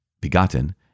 begotten